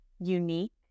unique